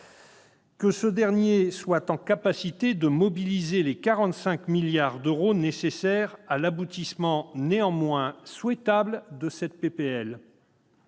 que l'État soit en mesure de mobiliser les 45 milliards d'euros nécessaires à l'aboutissement néanmoins souhaitable de cette